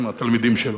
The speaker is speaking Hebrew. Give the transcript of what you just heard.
עם התלמידים שלו.